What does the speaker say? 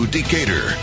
Decatur